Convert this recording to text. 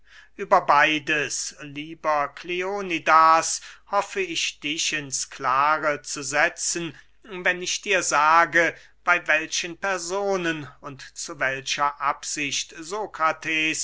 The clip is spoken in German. über beides lieber kleonidas hoffe ich dich ins klare zu setzen wenn ich dir sage bey welchen personen und zu welcher absicht